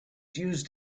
used